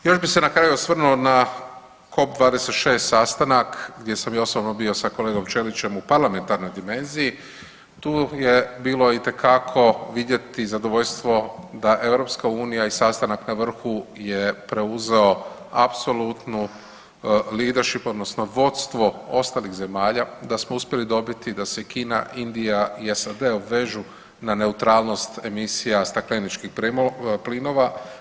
Još bih se na kraju osvrnuo na COP26 sastanak gdje sam i osobno bio sa kolegom Ćelićem u parlamentarnoj dimenziji, tu je bilo itekako vidjeti zadovoljstvo da EU i sastanak na vrhu je preuzeo apsolutno liedership odnosno vodstvo ostalih zemalja, da smo uspjeli dobiti da se Kina, Indija i SAD obvežu na neutralnost emisija stakleničkih plinova.